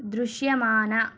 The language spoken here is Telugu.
దృశ్యమాన